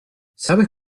sabes